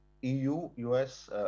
EU-US